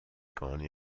coni